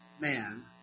man